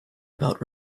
about